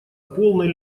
полной